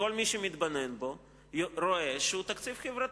שכל מי שמתבונן בו רואה שהוא תקציב חברתי.